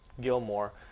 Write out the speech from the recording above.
Gilmore